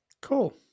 Cool